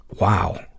wow